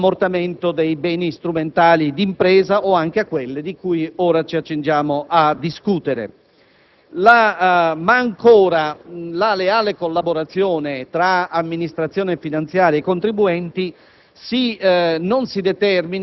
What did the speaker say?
riguardato l'ammortamento dei beni strumentali di impresa o anche a quelle di cui ora ci accingiamo a discutere. Ancora, la leale collaborazione tra Amministrazione finanziaria e contribuenti